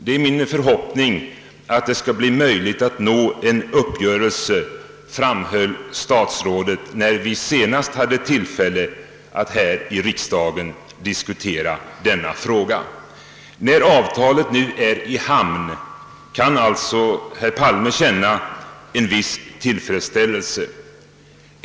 Det är min förhoppning att det skall bli möjligt att nå en uppgörelse, framhöll statsrådet då vi senast hade tillfälle att här i riksdagen diskutera denna sak. När avtalet nu är i hamn, kan alltså herr Palme känna en viss tillfredsställelse.